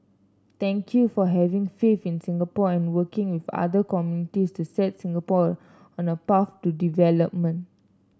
thank you for having faith in Singapore and working with other communities to set Singapore on a path to development